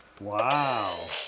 Wow